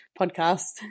podcast